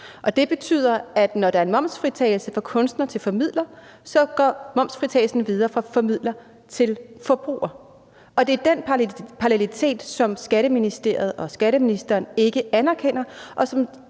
det betyder, at når der er momsfritagelse fra kunstner til formidler, så går momsfritagelsen videre fra formidler til forbruger. Og det er den parallelitet, som Skatteministeriet og skatteministeren ikke anerkender,